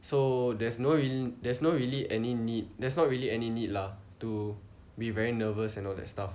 so there's no there's no really any need there's not really any need lah to be very nervous and all that stuff